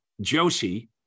Josie